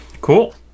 cool